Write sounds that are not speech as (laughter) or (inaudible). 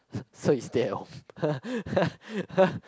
(breath) so you stay at home (laughs)